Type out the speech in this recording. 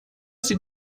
sie